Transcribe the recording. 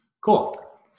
Cool